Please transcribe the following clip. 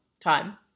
time